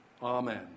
Amen